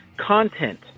Content